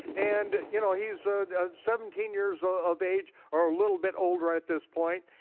and you know, he's ah seventeen years ah of age, or a little bit older at this point,